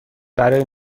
برای